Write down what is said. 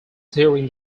during